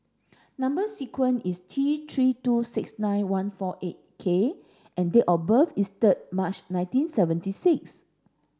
number sequence is T three two six nine one four eight K and date of birth is third March nineteen seventy six